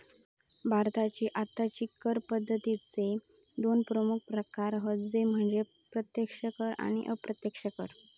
भारताची आत्ताची कर पद्दतीचे दोन प्रमुख प्रकार हत ते म्हणजे प्रत्यक्ष कर आणि अप्रत्यक्ष कर